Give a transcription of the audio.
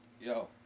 Yo